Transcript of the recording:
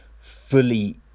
fully